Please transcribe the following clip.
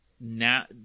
Now